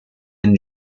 and